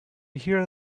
hear